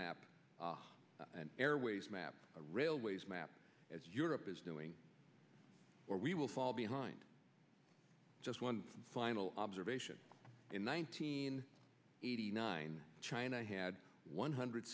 map and airways map railways map as europe is doing or we will fall behind just one final observation in one teen eighty nine china had one hundred